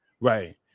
Right